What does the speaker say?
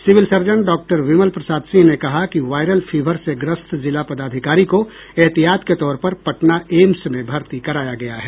civil surgeon डॉ विमल प्रसाद सिंह ने कहा कि वायरल फीवर से ग्रस्त जिला पदाधिकारी को एहतियात के तौर पर पटना ऐम्स में भर्ती कराया गया है